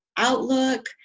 Outlook